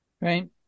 Right